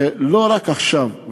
לא רק עכשיו.